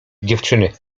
dziewczyny